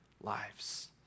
lives